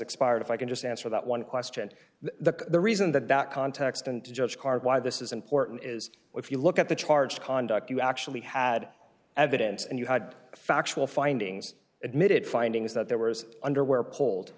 expired if i can just answer that one question the reason that that context and to judge karr why this is important is if you look at the charge conduct you actually had evidence and you had factual findings admitted findings that there was underwear pol